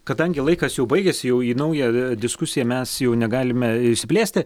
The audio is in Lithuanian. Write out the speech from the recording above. kadangi laikas jau baigiasi jau į naują diskusiją mes jau negalime išsiplėsti